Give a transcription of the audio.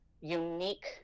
unique